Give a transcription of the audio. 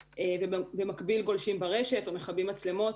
ובמקביל גולשים ברשת או מכבים מצלמות.